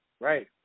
Right